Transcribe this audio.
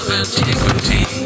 antiquity